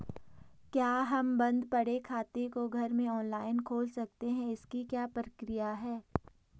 क्या हम बन्द पड़े खाते को घर में ऑनलाइन खोल सकते हैं इसकी क्या प्रक्रिया है?